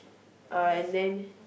uh and then